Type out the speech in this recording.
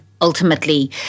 ultimately